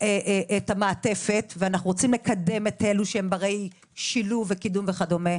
את המעטפת ואנו רוצים לקדם את אלה שהם ברי שילוב וקידום וכדומה.